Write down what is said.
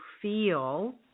feel